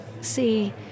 see